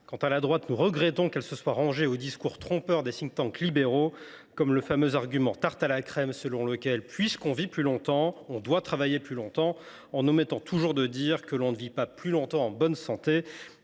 Quant à la droite, nous regrettons qu’elle se soit ralliée aux discours trompeurs des libéraux, notamment au fameux argument « tarte à la crème » selon lequel, puisque l’on vit plus longtemps, on doit travailler plus longtemps, en omettant toujours de dire que l’on ne vit pas plus longtemps en bonne santé,